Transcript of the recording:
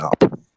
up